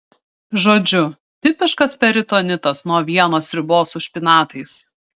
žodžiu tipiškas peritonitas nuo avienos sriubos su špinatais